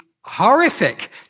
horrific